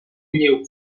lleu